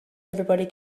everyone